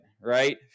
right